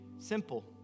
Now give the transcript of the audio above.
simple